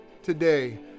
today